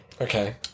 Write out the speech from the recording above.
Okay